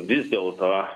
vis dėlto